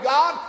God